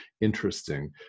interesting